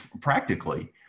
Practically